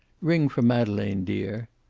ring for madeleine, dear.